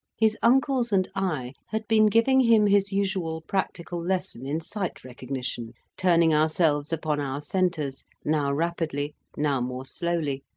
his uncles and i had been giving him his usual practical lesson in sight recognition, turning ourselves upon our centres, now rapidly, now more slowly,